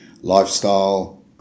lifestyle